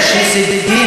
יש הישגים.